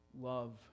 love